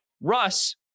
Russ